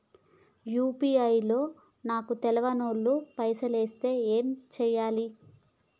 UPI లో నాకు తెల్వనోళ్లు పైసల్ ఎస్తే ఏం చేయాలి?